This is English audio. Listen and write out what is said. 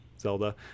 Zelda